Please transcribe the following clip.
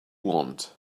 want